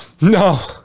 No